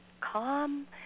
calm